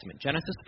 Genesis